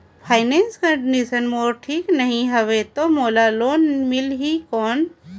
Financial condition मोर ठीक नी हवे तो मोला लोन मिल ही कौन??